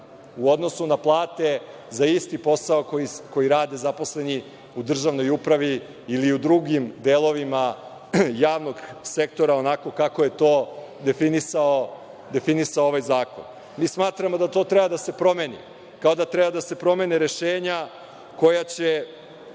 u odnosu na plate za isti posao koji rade zaposleni u državnoj upravi ili u drugim delovima javnog sektora onako kako je to definisao ovaj zakon.`Mi smatramo da to treba da se promeni. Kada treba da se promene rešenja koja će